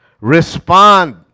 Respond